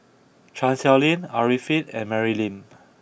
Chan Sow Lin Arifin and Mary Lim